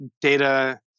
data